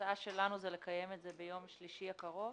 ההצעה שלנו היא לקיים את הבחירות ביום שלישי הקרוב.